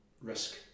risk